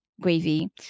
gravy